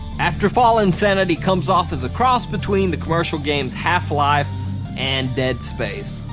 afterfall insanity comes off as a cross between the commercial games half-life and dead space,